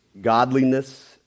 godliness